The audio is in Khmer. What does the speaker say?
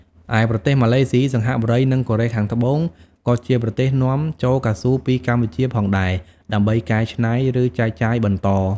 ឯប្រទេសម៉ាឡេស៊ី សិង្ហបុរី និងកូរ៉េខាងត្បូង ក៏ជាប្រទេសនាំចូលកៅស៊ូពីកម្ពុជាផងដែរ ដើម្បីកែច្នៃ ឬចែកចាយបន្ត។